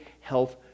health